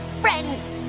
Friends